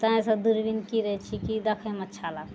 तै सँ दूरबिन कीनय छियै की देखयमे अच्छा लागतइ